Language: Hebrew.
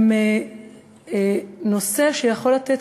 הן נושא שיכול לתת,